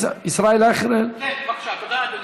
תודה, אדוני.